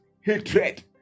hatred